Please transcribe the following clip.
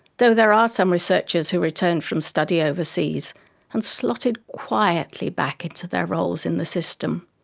though there are some researchers who returned from study overseas and slotted quietly back into their roles in the system,